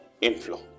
inflow